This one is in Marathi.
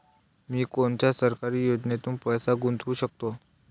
मी कोनच्या सरकारी योजनेत पैसा गुतवू शकतो?